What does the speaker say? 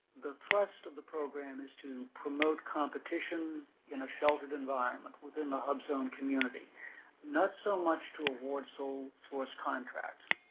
the trust of the program is to promote competition in a sheltered environment within the hubzone community not so much to award sole source contracts.